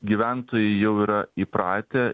gyventojai jau yra įpratę